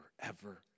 forever